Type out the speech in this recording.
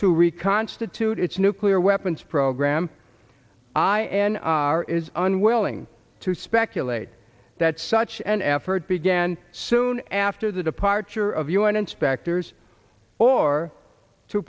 to reconstitute its nuclear weapons program i n r is unwilling to speculate that such an effort began soon after the departure of u n inspectors or to